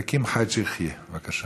עבד אל חכים חאג' יחיא, בבקשה.